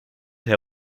herr